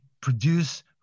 produce